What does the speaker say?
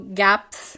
gaps